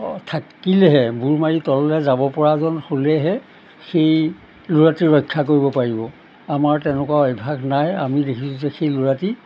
থাকিলেহে বুৰ মাৰি তললৈ যাব পৰাজন হ'লেহে সেই ল'ৰাটি ৰক্ষা কৰিব পাৰিব আমাৰ তেনেকুৱা অভ্যাস নাই আমি দেখিছোঁ যে সেই ল'ৰাটি